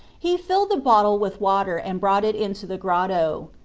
he filled the bottle with water and brought it into the grotto.